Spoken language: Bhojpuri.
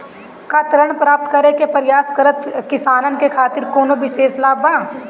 का ऋण प्राप्त करे के प्रयास करत किसानन के खातिर कोनो विशेष लाभ बा